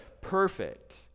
perfect